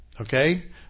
Okay